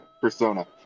persona